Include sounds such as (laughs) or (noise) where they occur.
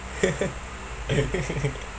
(laughs)